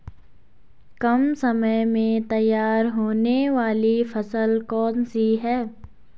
कम समय में तैयार होने वाली फसल कौन सी है?